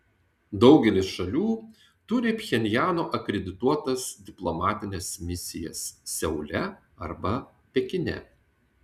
daugelis šalių turi pchenjano akredituotas diplomatines misijas seule arba pekine